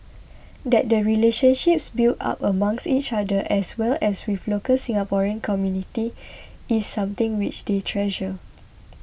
that the relationships built up amongst each other as well as with local Singaporean community is something which they treasure